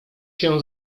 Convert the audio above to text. się